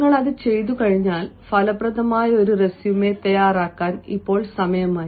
നിങ്ങൾ അത് ചെയ്തുകഴിഞ്ഞാൽ ഫലപ്രദമായ ഒരു റെസ്യുമെ തയ്യാറാക്കാൻ ഇപ്പോൾ സമയമായി